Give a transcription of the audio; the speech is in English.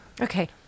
Okay